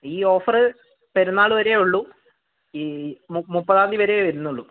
ഈ ഓഫർ പെരുന്നാള് വരെയുള്ളൂ ഈ മുപ്പതാം തീയതി വരേ വരുന്നുള്ളൂ